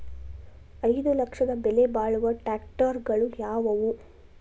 ಐದು ಲಕ್ಷದ ಬೆಲೆ ಬಾಳುವ ಟ್ರ್ಯಾಕ್ಟರಗಳು ಯಾವವು?